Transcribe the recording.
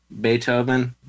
Beethoven